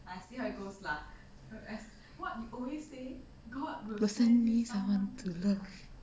will send you someone to love